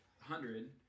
hundred